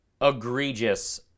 egregious